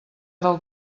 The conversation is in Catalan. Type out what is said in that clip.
del